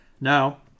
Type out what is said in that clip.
Now